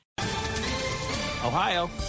Ohio